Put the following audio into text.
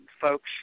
folks